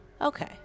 Okay